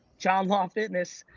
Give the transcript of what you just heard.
jon law fitness.